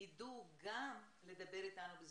יידעו גם לדבר איתנו בזום,